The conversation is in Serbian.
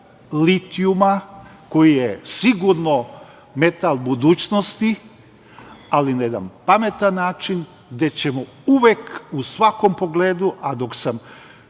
litijuma koji je sigurno metal budućnosti, ali na jedan pametan način gde ćemo uvek u svakom pogledu, a dok sam